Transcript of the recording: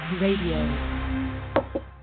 Radio